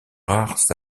rares